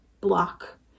block